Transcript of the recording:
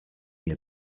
nie